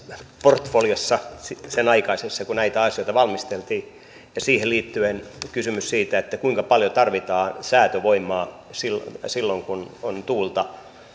portfoliossa sen aikaisessa kun näitä asioita valmisteltiin ja siihen liittyen kysymyksessä siitä kuinka paljon tarvitaan säätövoimaa silloin silloin kun on tuulta